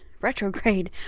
retrograde